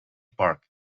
park